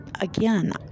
again